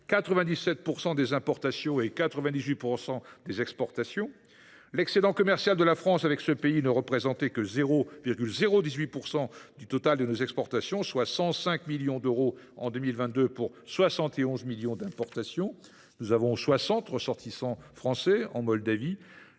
97 % des importations et 98 % des exportations. L’excédent commercial de la France avec ce pays ne représentait que 0,018 % du total de nos exportations, soit 105 millions d’euros en 2022, pour 71 millions d’importations. Nous comptons soixante ressortissants français en Moldavie.